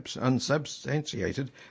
unsubstantiated